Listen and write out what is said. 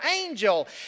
angel